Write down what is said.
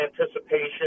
anticipation